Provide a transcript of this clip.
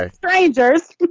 ah strangers.